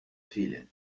filha